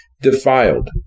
defiled